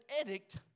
edict